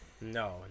no